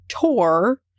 tour